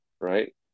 Right